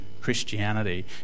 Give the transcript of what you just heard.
Christianity